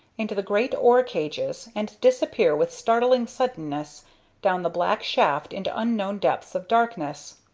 into the great ore-cages and disappear with startling suddenness down the black shaft into unknown depths of darkness.